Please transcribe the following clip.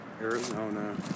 Arizona